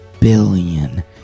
billion